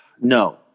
No